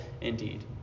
indeed